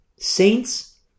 Saints